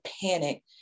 panic